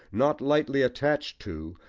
not lightly attached to,